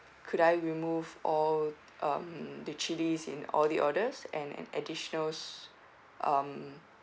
could I remove all um the chillies in all the orders and an additional s~ um